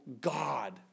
God